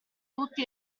tutti